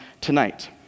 tonight